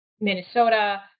Minnesota